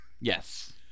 Yes